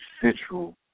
central